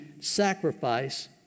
sacrifice